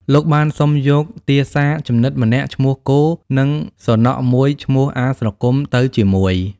លោកបានសុំយកទាសាជំនិតម្នាក់ឈ្មោះ គោ និងសុនខមួយឈ្មោះ អាស្រគំ ទៅជាមួយ។